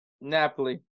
Napoli